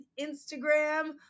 Instagram